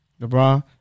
LeBron